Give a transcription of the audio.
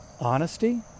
honesty